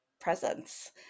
presence